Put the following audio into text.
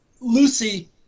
Lucy